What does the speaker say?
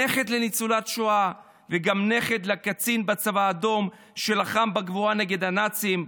נכד לניצולת שואה וגם נכד לקצין בצבא האדום שלחם בגבורה נגד הנאצים,